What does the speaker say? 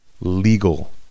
legal